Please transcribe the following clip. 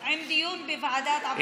עם דיון בוועדת העבודה והרווחה.